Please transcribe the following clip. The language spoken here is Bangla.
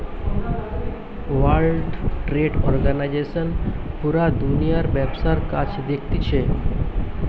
ওয়ার্ল্ড ট্রেড অর্গানিজশন পুরা দুনিয়ার ব্যবসার কাজ দেখতিছে